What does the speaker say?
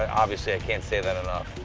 obviously, i can't say that enough.